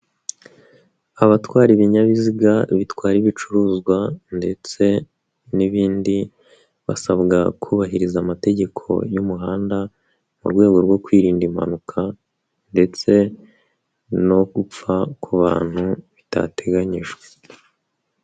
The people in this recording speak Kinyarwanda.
Abatwara ibinyabiziga bitwara ibicuruzwa ndetse n'ibindi basabwa kubahiriza amategeko y'umuhanda mu rwego rwo kwirinda impanuka ndetse no gupfa ku bantu bitateganyijwe.